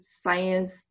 science